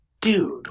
Dude